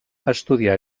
estudià